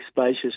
spacious